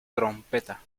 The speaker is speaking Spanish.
trompeta